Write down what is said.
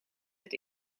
het